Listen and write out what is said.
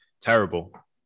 terrible